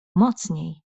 mocniej